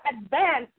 advanced